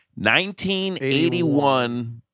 1981